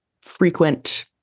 frequent